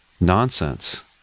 Nonsense